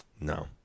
No